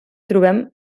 trobem